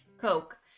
coke